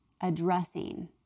addressing